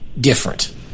different